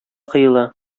коела